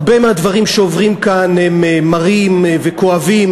הרבה מהדברים שעוברים כאן הם מרים וכואבים,